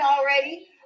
already